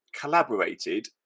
collaborated